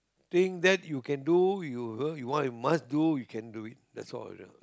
think that you can do you he~ you want you must do you can do it that's all lah